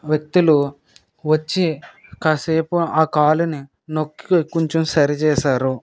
వ్యక్తులు వచ్చి కాసేపు ఆ కాలుని నొక్కి కొంచెం సరిచేశారు